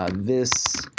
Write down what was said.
um this